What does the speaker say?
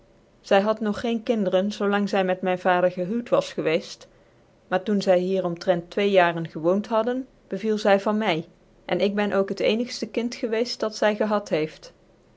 zy had nog geen kinderen zoo lang zy met myn vader gchuuwt was geweeftj maar doen zy hier omtrent twee jaren gewoont hadden beviel zy van my en ik ben ook het ccnigftc kind geweeft dat zy gehad heeft